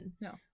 No